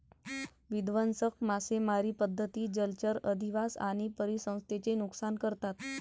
विध्वंसक मासेमारी पद्धती जलचर अधिवास आणि परिसंस्थेचे नुकसान करतात